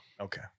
okay